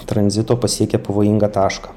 tranzito pasiekė pavojingą tašką